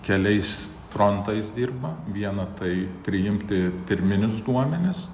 keliais frontais dirba viena tai priimti pirminius duomenis